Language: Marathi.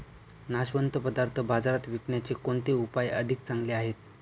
नाशवंत पदार्थ बाजारात विकण्याचे कोणते उपाय अधिक चांगले आहेत?